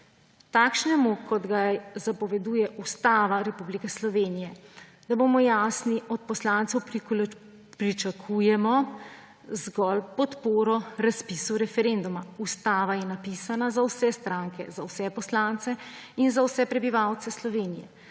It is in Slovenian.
takšnemu, kot ga zapoveduje Ustava Republike Slovenije. Da bomo jasni, od poslancev pričakujemo zgolj podporo razpisu referenduma. Ustava je napisana za vse stranke, za vse poslance in za vse prebivalce Slovenije.